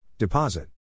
Deposit